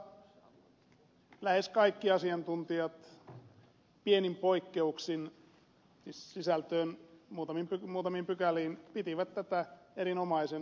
valiokunnassa lähes kaikki asiantuntijat pienin poikkeuksin siis sisällön muutamiin pykäliin liittyen pitivät tätä erinomaisena